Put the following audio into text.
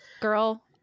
girl